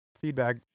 Feedback